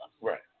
right